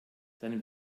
dann